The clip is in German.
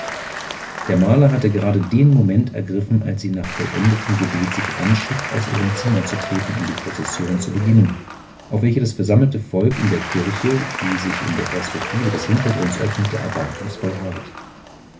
der maler hatte gerade den moment ergriffen als sie nach vollendetem gebet sich anschickt aus ihrem zimmer zu treten um die prozession zu beginnen auf welche das versammelte volk in der kirche die sich in der perspektive des hintergrundes öffnet erwartungsvoll harrt